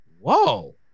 whoa